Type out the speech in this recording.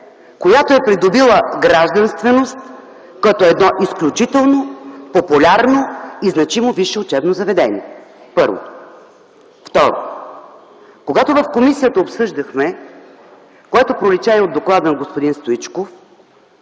която е придобила гражданственост, като е едно изключително популярно и значимо висше учебно заведение – първо. Второ, когато в комисията обсъждахме, което пролича и от доклада на господин Стоичков,